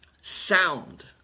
Sound